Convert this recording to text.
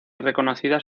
reconocidas